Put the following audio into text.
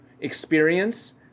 experience